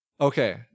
okay